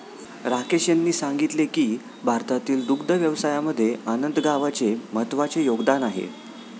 राकेश यांनी सांगितले की भारतातील दुग्ध व्यवसायामध्ये आनंद गावाचे महत्त्वाचे योगदान आहे